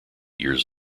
years